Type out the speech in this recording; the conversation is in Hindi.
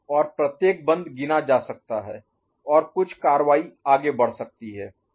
और प्रत्येक बंद गिना जा सकता है और कुछ कार्रवाई आगे बढ़ सकती है